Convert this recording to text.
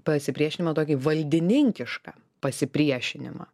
pasipriešinimą tokį valdininkišką pasipriešinimą